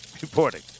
reporting